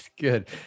good